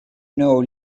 know